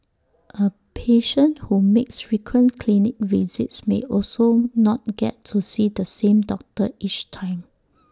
A patient who makes frequent clinic visits may also not get to see the same doctor each time